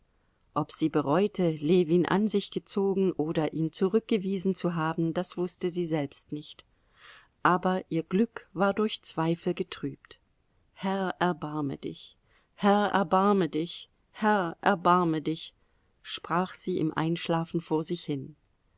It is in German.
ob sie bereute ljewin an sich gezogen oder ihn zurückgewiesen zu haben das wußte sie selbst nicht aber ihr glück war durch zweifel getrübt herr erbarme dich herr erbarme dich herr erbarme dich sprach sie im einschlafen vor sich hin